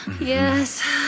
Yes